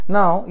Now